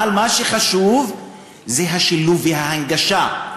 אבל מה שחשוב זה השילוב וההנגשה,